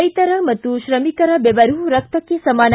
ರೈತರ ಮತ್ತು ತ್ರಮಿಕರ ಬೇವರು ರಕ್ತಕ್ಕೆ ಸಮಾನ